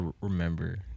remember